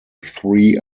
three